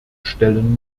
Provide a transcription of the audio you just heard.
stellen